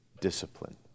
discipline